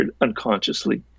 unconsciously